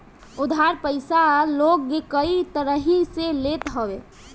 उधार पईसा लोग कई तरही से लेत हवे